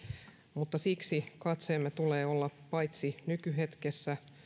mutta siksi katseemme tulee olla paitsi nykyhetkessä